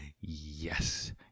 Yes